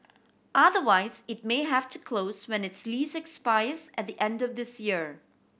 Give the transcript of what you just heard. otherwise it may have to close when its lease expires at the end of this year